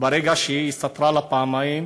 ברגע שהיא סטרה לה פעמיים,